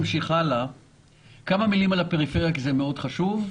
כמה מילים על הפריפריה כי זה חשוב מאוד.